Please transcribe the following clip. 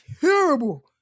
terrible